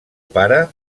pare